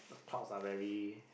clouds are very